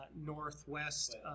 northwest